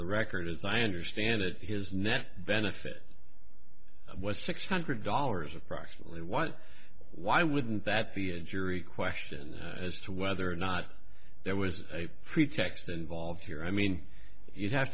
the record as i understand it his net benefit what six hundred dollars approximately want why wouldn't that be a jury question as to whether or not there was a pretext involved here i mean you have